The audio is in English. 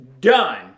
done